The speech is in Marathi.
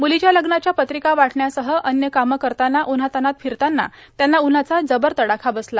म्लीच्या लग्नाच्या पत्रिका वाटण्यासह अन्य कामं करताना उन्हातान्हात फिरतांना त्यांना उन्हाचा जबर तडाखा बसला